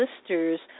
sisters